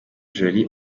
jolly